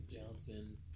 Johnson